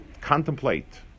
contemplate